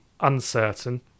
uncertain